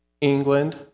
England